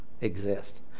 exist